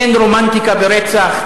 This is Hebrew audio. אין רומנטיקה ברצח,